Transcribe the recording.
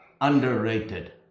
underrated